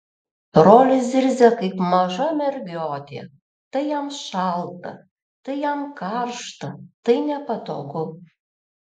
rolis zirzia kaip maža mergiotė tai jam šalta tai jam karšta tai nepatogu